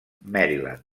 maryland